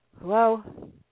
Hello